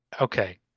Okay